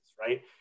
right